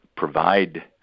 Provide